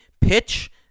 pitch